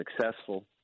successful